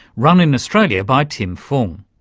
run in australia by tim fung.